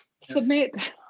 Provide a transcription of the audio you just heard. submit